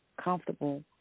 comfortable